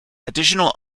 additional